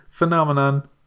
phenomenon